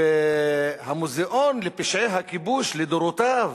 והמוזיאון לפשעי הכיבוש לדורותיו